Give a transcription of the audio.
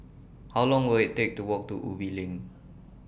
How Long Will IT Take to Walk to Ubi LINK